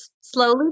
slowly